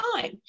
time